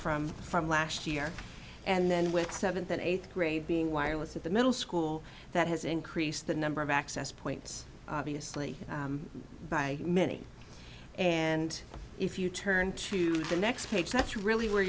from from last year and then with seventh and eighth grade being wireless at the middle school that has increased the number of access points by many and if you turn to the next page that's really where